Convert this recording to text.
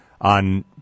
on